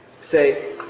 Say